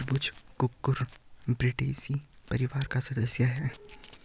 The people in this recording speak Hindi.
खरबूजा कुकुरबिटेसी परिवार का सदस्य होता है